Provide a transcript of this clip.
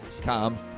come